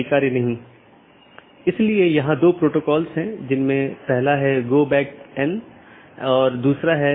NLRI का उपयोग BGP द्वारा मार्गों के विज्ञापन के लिए किया जाता है